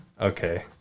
Okay